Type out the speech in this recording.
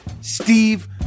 Steve